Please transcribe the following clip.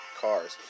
cars